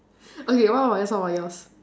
okay what about yours what about yours